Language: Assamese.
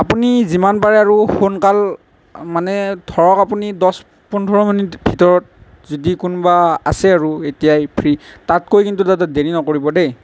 আপুনি যিমান পাৰে আৰু সোনকাল মানে ধৰক আপুনি দহ পোন্ধৰ মিনিট ভিতৰত যদি কোনোবা আছে আৰু এতিয়াই ফ্ৰী তাতকৈ কিন্তু যাতে দেৰি নকৰিব দেই